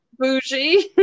Bougie